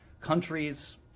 countries